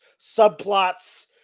subplots